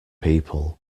people